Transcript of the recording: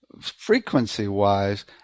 frequency-wise